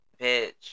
bitch